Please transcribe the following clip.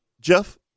Jeff